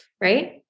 Right